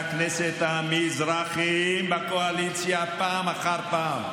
הכנסת המזרחים בקואליציה פעם אחר פעם.